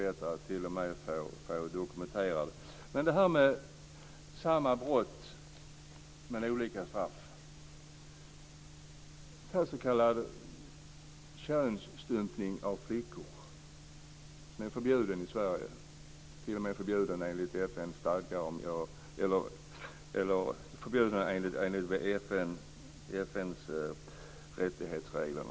Jag vill ta upp det här med att det blir olika straff för samma brott. En s.k. könsstympning av flickor är förbjuden i Sverige, t.o.m. förbjuden enligt FN:s rättighetsregler.